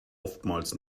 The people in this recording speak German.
oftmals